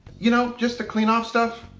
you know, just to clean off stuff.